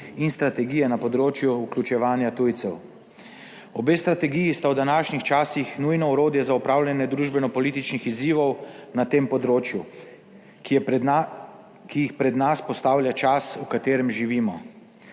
in strategije na področju vključevanja tujcev. Obe strategiji sta v današnjih časih nujno orodje za upravljanje družbenopolitičnih izzivov na tem področju, ki jih pred nas postavlja čas, v katerem živimo.